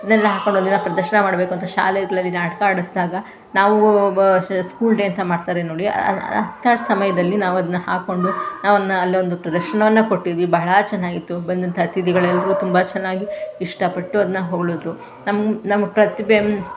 ಅದನ್ನೆಲ್ಲ ಹಾಕ್ಕೊಂಡು ಒಂದಿನ ಪ್ರದರ್ಶನ ಮಾಡಬೇಕು ಅಂತ ಶಾಲೆಗಳಲ್ಲಿ ನಾಟಕ ಆಡಿಸ್ದಾಗ ನಾವು ಬ ಸ್ಕೂಲ್ ಡೇ ಅಂತ ಮಾಡ್ತಾರೆ ನೋಡಿ ಅಂಥ ಸಮಯದಲ್ಲಿ ನಾವದನ್ನು ಹಾಕ್ಕೊಂಡು ನಾವಲ್ಲಿ ಅಲ್ಲೊಂದು ಪ್ರದರ್ಶನವನ್ನು ಕೊಟ್ಟಿದ್ವಿ ಬಹಳ ಚೆನ್ನಾಗಿತ್ತು ಬಂದಂಥ ಅತಿಥಿಗಳೆಲ್ಲರೂ ತುಂಬ ಚೆನ್ನಾಗಿ ಇಷ್ಟಪಟ್ಟು ಅದನ್ನು ಹೊಗಳಿದ್ರು ನಮ್ಮ ನಮ್ಮ ಪ್ರತಿಭೆ